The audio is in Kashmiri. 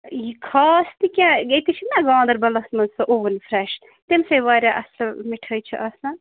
یہِ خاص تہِ کیٛاہ ییٚتہِ چھِ نا گاندَربَلَس مَنٛز سُہ اوٚوٕن فرٛیٚش تٔمس ہے واریاہ اصٕل مِٹھٲے چھِ آسان